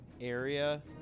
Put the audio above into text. area